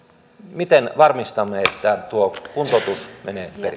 miten varmistamme että tuo kuntoutus menee